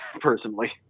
personally